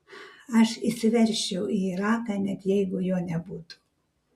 aš įsiveržčiau į iraką net jeigu jo nebūtų